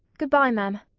good-bye, ma'am.